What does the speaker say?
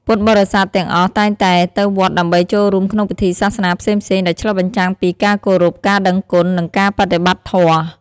ពុទ្ធបរិស័ទទាំងអស់តែងតែទៅវត្តដើម្បីចូលរួមក្នុងពិធីសាសនាផ្សេងៗ ដែលឆ្លុះបញ្ចាំងពីការគោរព ការដឹងគុណ និងការបដិបត្តិធម៌។